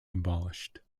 abolished